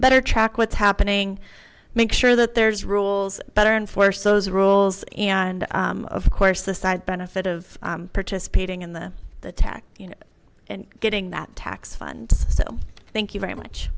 better track what's happening make sure that there's rules better enforce those rules and of course the side benefit of participating in the attack you know and getting that tax fund so thank you very much